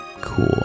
cool